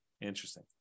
interesting